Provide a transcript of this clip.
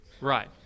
Right